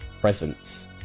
presence